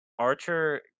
Archer